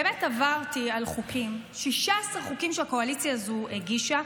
באמת עברתי על חוקים: 16 חוקים שהקואליציה הזו הגישה,